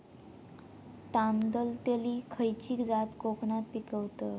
तांदलतली खयची जात कोकणात पिकवतत?